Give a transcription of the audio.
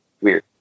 weird